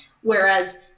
Whereas